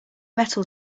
metal